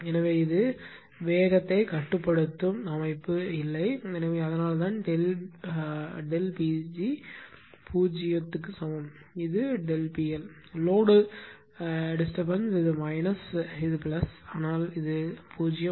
எனவே இது வேகத்தைக் கட்டுப்படுத்தும் அமைப்பு அல்ல எனவே அதனால்தான் ΔP g 0 க்கு சமம் இது ΔP L லோடு தொந்தரவு இது மைனஸ் இது பிளஸ் ஆனால் இது 0